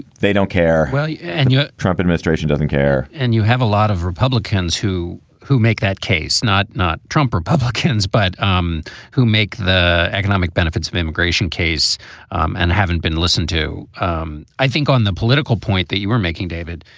they don't care well yeah and the yeah trump administration doesn't care. and you have a lot of. republicans who who make that case not not trump republicans, but um who make the economic benefits of immigration case um and haven't been listened to um i think on the political point that you were making, david,